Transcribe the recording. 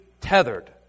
tethered